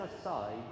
aside